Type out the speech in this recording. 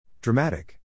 Dramatic